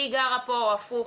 היא גרה פה או הפוך,